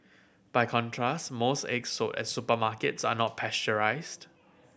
by contrast most eggs sold at supermarkets are not pasteurised